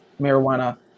marijuana